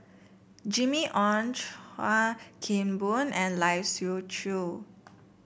Jimmy Ong Chuan Keng Boon and Lai Siu Chiu